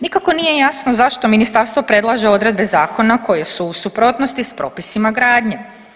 Nikako nije jasno zašto ministarstvo predlaže odredbe zakona koje su u suprotnosti s propisima gradnje.